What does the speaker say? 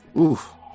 Oof